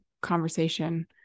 conversation